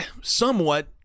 somewhat